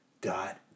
Dot